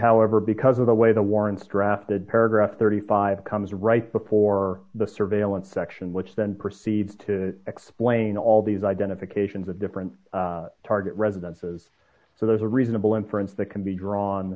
however because of the way the war in strafford paragraph thirty five comes right before the surveillance section which then proceeds to explain all these identifications of different target residences so there's a reasonable inference that can be drawn